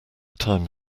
time